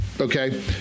Okay